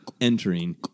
entering